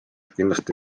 kindlasti